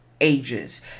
ages